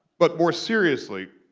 but more seriously,